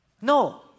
No